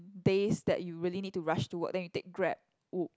days that you really need to rush to work then you take Grab u~